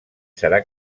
serà